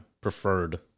Preferred